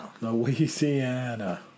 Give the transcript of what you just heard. Louisiana